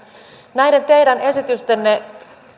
näiden teidän esitystenne